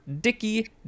dicky